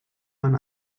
man